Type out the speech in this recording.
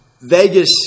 Vegas